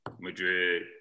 Madrid